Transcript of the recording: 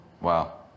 Wow